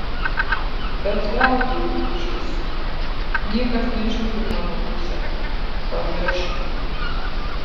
bet veltui gūžiuosi niekas nežiūri mano pusėn pamiršo